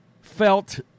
felt